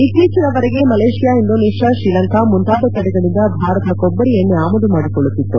ಇತ್ತೀಚಿನವರೆಗೆ Malaysia Indonesia Sri Lanka ಮುಂತಾದ ಕಡೆಗಳಿಂದ ಭಾರತ ಕೊಬ್ಬರಿ ಎಣ್ಣೆ ಆಮದು ಮಾಡಿಕೊಳ್ಳುತ್ತಿತ್ತು